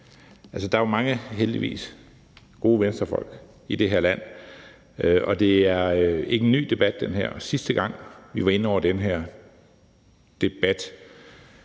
Der er jo heldigvis mange gode Venstrefolk i det her land, og det her er ikke en ny debat. Sidste gang vi var inde over den her debat,